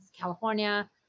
California